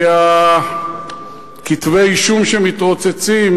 מכתבי-האישום שמתרוצצים,